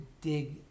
dig